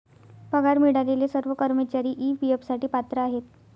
पगार मिळालेले सर्व कर्मचारी ई.पी.एफ साठी पात्र आहेत